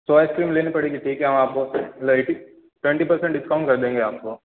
तो आइसक्रीम लेनी पड़ेगी ठीक है हम आपको ट्वेंटी पर्सेंट डिस्काउंट कर देंगे आपको